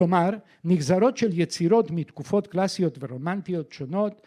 ‫כלומר, נגזרות של יצירות ‫מתקופות קלאסיות ורומנטיות שונות...